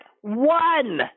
one